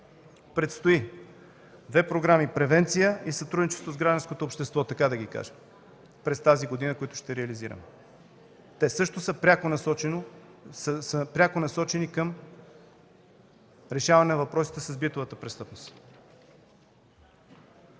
Предстоят две програми – „Превенция” и „Сътрудничество с гражданското общество”, през тази година, които ще реализираме. Те също са пряко насочени към решаване на въпросите с битовата престъпност.